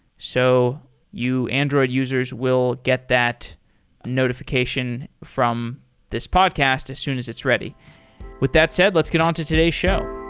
so you android users will get that notification from this podcast as soon as it's ready with that said, let's get on to today's show